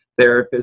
therapists